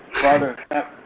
Father